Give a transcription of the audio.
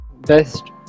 Best